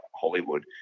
Hollywood